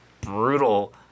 brutal